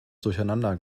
durcheinander